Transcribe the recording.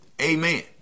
amen